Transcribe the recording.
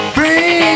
Bring